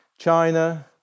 china